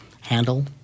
handle